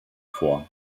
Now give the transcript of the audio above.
vor